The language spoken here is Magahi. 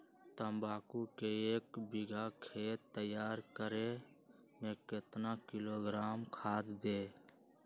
तम्बाकू के एक बीघा खेत तैयार करें मे कितना किलोग्राम खाद दे?